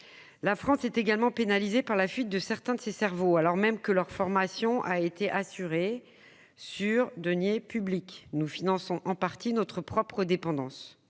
La France est également pénalisée par la fuite de certains de ses cerveaux, alors même que leur formation a été assurée sur les deniers publics. Nous finançons, en partie, notre propre dépendance.